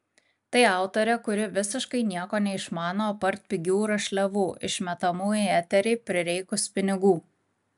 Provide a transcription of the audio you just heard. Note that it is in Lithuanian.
tai autorė kuri visiškai nieko neišmano apart pigių rašliavų išmetamų į eterį prireikus pinigų